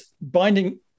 binding